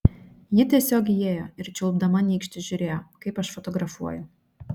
ji tiesiog įėjo ir čiulpdama nykštį žiūrėjo kaip aš fotografuoju